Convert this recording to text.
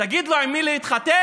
תגיד להם עם מי להתחתן?